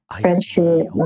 Friendship